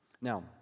Now